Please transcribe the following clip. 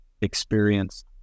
experienced